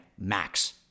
max